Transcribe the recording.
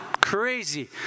crazy